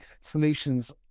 solutions